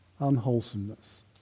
Unwholesomeness